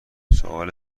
سوال